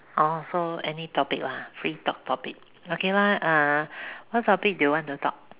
oh so any topic lah free talk topic okay lah uh what topic do you want to talk